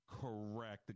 Correct